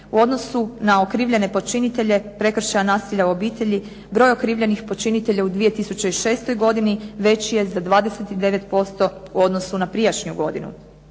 U odnosu na okrivljene počinitelje prekršaja nasilja u obitelji broj okrivljenih počinitelja u 2006. godini veći je za 29% u odnosu na prijašnju godinu.